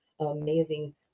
amazing